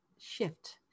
shift